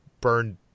burned